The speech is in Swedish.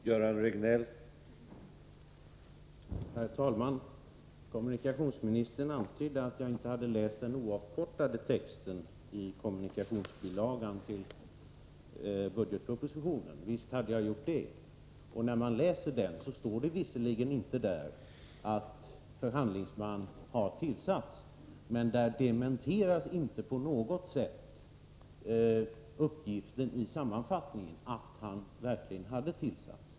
Herr talman! Kommunikationsministern antydde att jag inte har läst den oavkortade texten i kommunikationsdepartementets bilaga till budgetpropositionen. Visst har jag gjort det. I den texten står det visserligen inte att en förhandlingsman har tillsatts, men där dementeras inte på något sätt uppgiften i sammanfattningen att förhandlingsmannen verkligen är tillsatt.